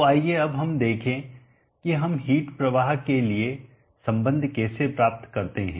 तो आइए अब हम देखें कि हम हिट प्रवाह के लिए संबंध कैसे प्राप्त करते हैं